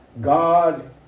God